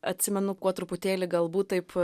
atsimenu kuo truputėlį galbūt taip